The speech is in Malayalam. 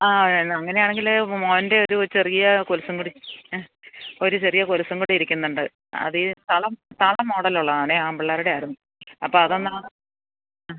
ആ എന്നാൽ അങ്ങനെയാണെങ്കിൽ മോൻ്റെ ഒരു ചെറിയ കൊലുസ്സും കൂടി എ ഒര് ചെറിയ കൊലുസ്സും കൂടി ഇരിക്കുന്നുണ്ട് അത് ഈ തളം തളം മോഡലുള്ളതാണ് ആൺപിള്ളേരുടെ ആയിരുന്നു അപ്പം അതൊന്ന് ഉം